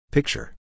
Picture